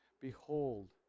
Behold